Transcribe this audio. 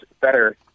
better